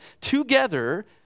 together